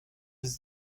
aux